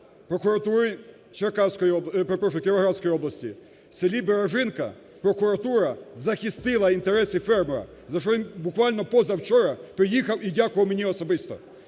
перепрошую, Кіровоградської області. В селі Бережинка прокуратура захистила інтереси фермера, за що він буквально позавчора приїхав і дякував мені особисто.